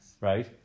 Right